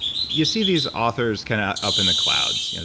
you see these authors kinda up in the clouds. you know,